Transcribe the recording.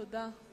תודה.